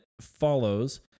follows